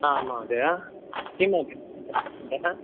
आम् महोदय किं दन